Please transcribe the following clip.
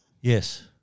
Yes